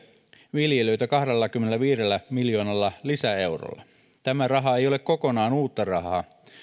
viljelijöitä kahdellakymmenelläviidellä miljoonalla lisäeurolla tämä raha ei ole kokonaan uutta rahaa